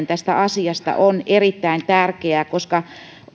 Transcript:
tästä asiasta tiedottaminen on erittäin tärkeää koska